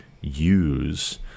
use